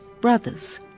Brothers